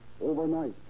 Overnight